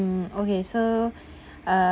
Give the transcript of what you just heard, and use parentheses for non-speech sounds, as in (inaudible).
mm okay so (breath) uh